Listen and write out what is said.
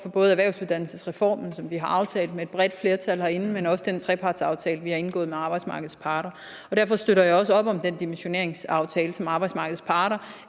for både erhvervsuddannelsesreformen, som vi har aftalt med et bredt flertal herinde, men også for den trepartsaftale, vi har indgået med arbejdsmarkedets parter. Derfor støtter jeg også op om den dimensioneringsaftale, som arbejdsmarkedets parter